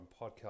podcast